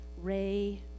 Ray